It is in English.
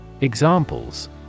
Examples